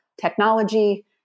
technology